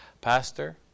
Pastor